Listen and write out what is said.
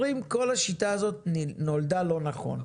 אומרים, כל השיטה הזאת נולדה לא נכון,